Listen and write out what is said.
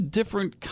different